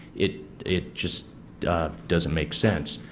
it it just doesn't make sense.